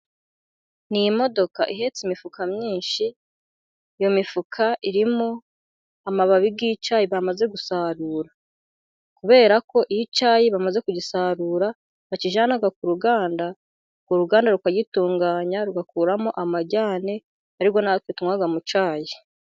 Ni imodoka ihetse imifuka myinshi, iyo mifuka irimo amababi y'icyayi bamaze gusarura, kubera ko iyo icyayi bamaze kugisarura, bakijyana k'uruganda, uruganda rukagitunganya rugakuramo amajyane, ariyo natwe tunwa mu cyayi.